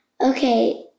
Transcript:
Okay